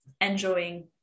enjoying